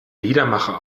liedermacher